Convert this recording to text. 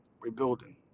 rebuilding